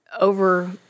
over